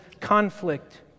conflict